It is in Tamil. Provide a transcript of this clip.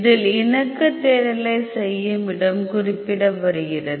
இதில் இணக்க தேடலை செய்ய இடம் குறிப்பிடுகிறது